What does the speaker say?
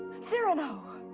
cyrano!